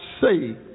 say